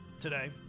today